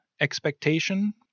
expectation